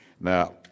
Now